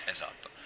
Esatto